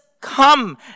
come